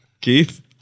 Keith